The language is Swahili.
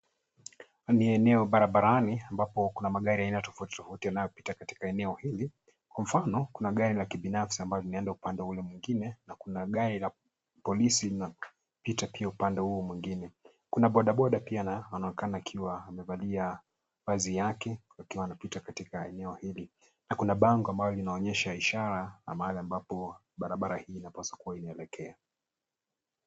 Ni eneo barabarani ambapo kuna magari ya aina tofauti tofauti yanayopita katika eneo hili. Kwa mfano kuna gari la kibinafsi ambalo linaenda upande ule mwingine na kuna gari la polisi linalopita pia upande huu mwingine. Kuna bodaboda pia anaonekana akiwa amevalia vazi yake akiwa anapita katika eneo hili na kuna bango ambalo linaonesha ishara ya mahali ambapo barabara hii inapaswa kuwa inaelekea.